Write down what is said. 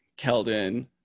Keldon